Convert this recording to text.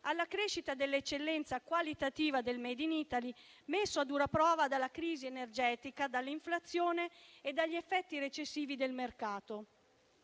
alla crescita dell'eccellenza qualitativa del *made in Italy*, messo a dura prova dalla crisi energetica, dall'inflazione e dagli effetti recessivi del mercato.